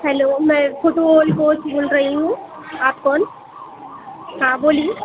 hello मैं फुटहॉल mall से बोल रही हूँ आप कौन हाँ बोलिए